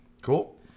cool